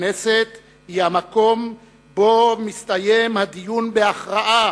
הכנסת היא המקום שבו מסתיים הדיון בהכרעה,